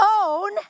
own